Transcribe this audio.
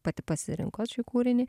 pati pasirinkot šį kūrinį